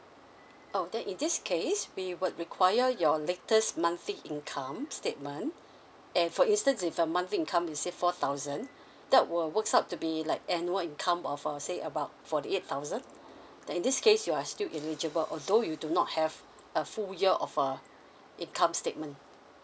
oh then in this case we would require your latest monthly income statement and for instance if uh monthly income is say four thousand that will works out to be like annual income of uh say about forty eight thousand then in this case you are still eligible although you do not have a full year of uh income statement